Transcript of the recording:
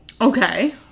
Okay